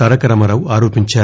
తారకరామారావు ఆరోపించారు